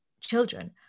children